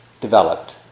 developed